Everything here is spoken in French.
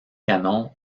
canon